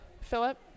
Philip